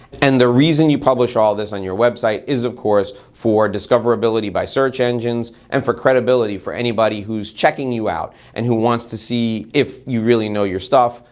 and the reason you publish all this on your website is, of course, for discoverability by search engines and for credibility for anybody who's checking you out and who wants to see if you really know your stuff,